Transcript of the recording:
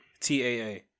TAA